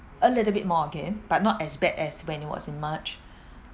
a little bit more again but not as bad as when it was in march